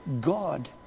God